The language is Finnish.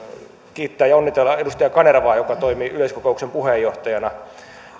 kiittää ja onnitella edustaja kanervaa joka toimi yleiskokouksen puheenjohtajana